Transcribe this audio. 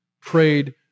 prayed